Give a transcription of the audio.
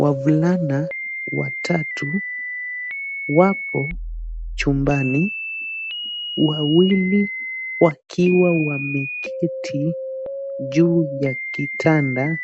Wavulana watatu wapo chumbani, wawili wakiwa wameketi juu ya kitanda,